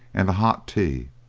and the hot tea,